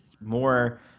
more